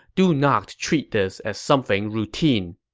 do not treat this as something routine.